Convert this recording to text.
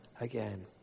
again